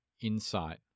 insight